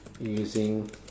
using